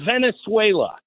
Venezuela